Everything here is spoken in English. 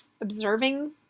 observing